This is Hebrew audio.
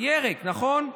ירק, נכון?